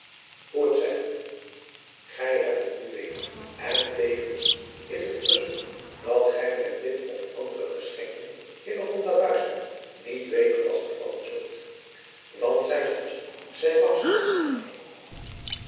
hoe het zij gij hebt het nu weder en tevens is het verzoek dat gij met dit of andere geschenken hillegonda buisman niet weder lastig vallen zult want zij zal ze zij mag ze niet aannemen